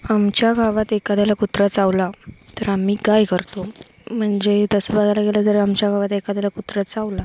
आमच्या गावात एखाद्याला कुत्रा चावला तर आम्ही काय करतो म्हणजे तसं बघायला गेलं तर आमच्या गावात एखाद्याला कुत्रा चावला